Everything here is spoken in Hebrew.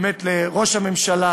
באמת, לראש הממשלה